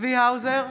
צבי האוזר,